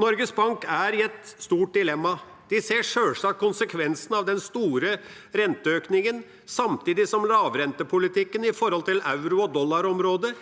Norges Bank er i et stort dilemma. De ser sjølsagt konsekvensen av den store renteøkningen, samtidig som lavrentepolitikken, i forhold til euro– og dollarområdet,